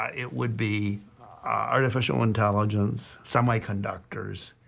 ah it would be artificial intelligence, semiconductors.